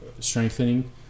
strengthening